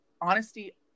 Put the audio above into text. honesty